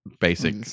basic